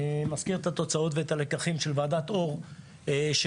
אני מזכיר את התוצאות ואת הלקחים של ועדת אור שהיו.